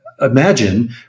Imagine